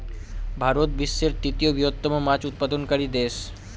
ভারত বিশ্বের তৃতীয় বৃহত্তম মাছ উৎপাদনকারী দেশ